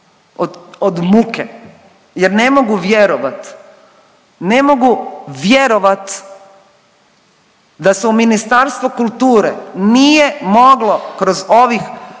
od muke jer ne mogu vjerovat, ne mogu vjerovat da se u Ministarstvu kulture nije moglo kroz ovih